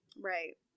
Right